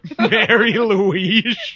Mary-Louise